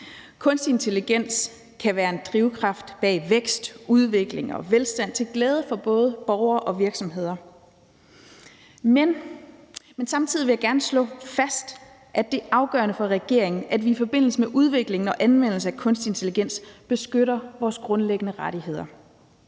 Kunstig intelligens kan være en drivkraft bag vækst, udvikling og velstand til glæde for både borgere og virksomheder. Men samtidig vil jeg gerne slå fast, at det er afgørende for regeringen, at vi i forbindelse med udviklingen og anvendelsen af kunstig intelligens beskytter vores grundlæggende rettigheder.